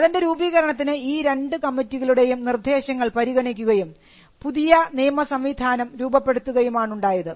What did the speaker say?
അതിൻറെ രൂപീകരണത്തിന് ഈ രണ്ടു കമ്മിറ്റികളുടെയും നിർദ്ദേശങ്ങൾ പരിഗണിക്കുകയും പുതിയ നിയമ സംവിധാനം രൂപപ്പെടുത്തുകയുമാണുണ്ടായത്